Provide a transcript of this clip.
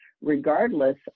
regardless